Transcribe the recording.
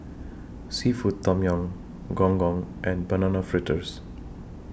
Seafood Tom Yum Gong Gong and Banana Fritters